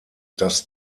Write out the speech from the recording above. das